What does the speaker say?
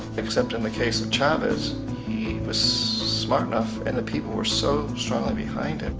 except in the case of chavez, he was smart enough and the people were so strongly behind him,